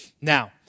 Now